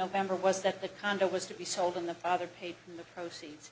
november was that the condo was to be sold in the father paid from the proceeds